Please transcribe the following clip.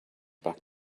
back